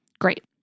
Great